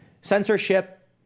censorship